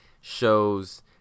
shows